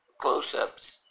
close-ups